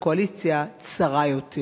בקואליציה צרה יותר,